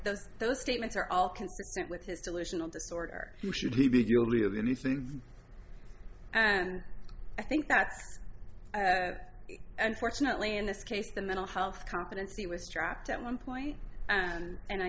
those those statements are all consistent with his delusional disorder and i think that's unfortunately in this case the mental health confidence he was trapped at one point and i